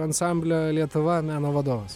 ansamblio lietuva meno vadovas